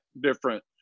different